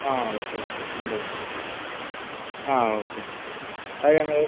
okay okay Monday കൊടുത്തുവിടാം okay അത് ഞങ്ങൾ